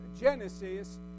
Genesis